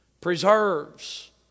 preserves